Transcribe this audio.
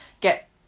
get